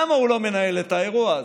למה הוא לא מנהל את האירוע הזה?